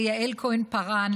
ליעל כהן-פארן,